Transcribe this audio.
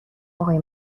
آقای